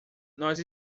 nós